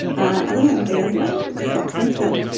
i don't know i guess like substance that